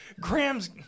Graham's